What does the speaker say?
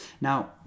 Now